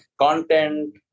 content